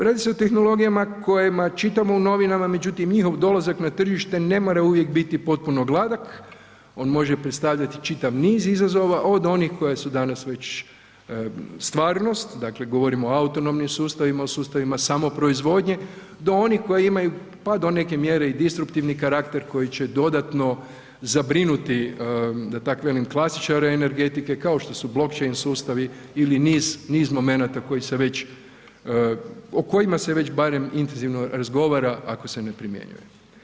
Radi se o tehnologijama o kojima čitamo u novinama međutim njihovom dolazak na tržište ne mora uvijek biti potpuno gladak, on može predstavljati čitav niz izazova, od onih koja su danas već stvarnost, dakle govorimo o autonomnim sustavima, o sustavima samoproizvodnje do onih koji imaju pa do neke mjere i destruktivni karakter koji će dodatno zabrinuti da tak velim, klasičare energetike kao što su... sustavi ili niz momenata o kojima se već barem intenzivno razgovara ako se ne primjenjuje.